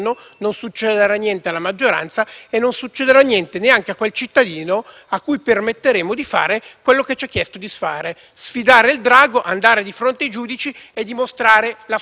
ciò che ci ha chiesto di fare: sfidare il drago; andare di fronte ai giudici e dimostrare la sua innocenza o la sua volontaria colpevolezza. Diamogli questa possibilità.